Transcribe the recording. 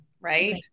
Right